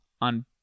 on